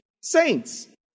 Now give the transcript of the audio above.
saints